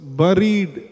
buried